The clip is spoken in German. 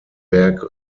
werk